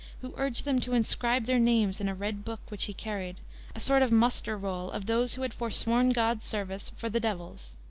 who urged them to inscribe their names in a red book which he carried a sort of muster-roll of those who had forsworn god's service for the devil's.